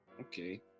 Okay